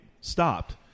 stopped